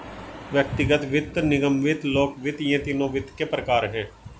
व्यक्तिगत वित्त, निगम वित्त, लोक वित्त ये तीनों वित्त के प्रकार हैं